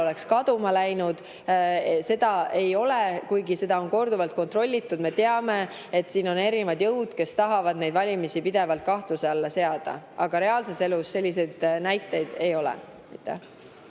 oleks kaduma läinud. Seda ei ole [tuvastatud], kuigi seda on korduvalt kontrollitud. Me teame, et siin on erinevad jõud, kes tahavad neid valimisi pidevalt kahtluse alla seada, aga reaalses elus selliseid näiteid ei ole.